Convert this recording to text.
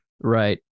right